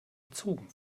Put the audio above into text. erzogen